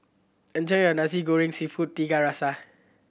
enjoy your Nasi Goreng Seafood Tiga Rasa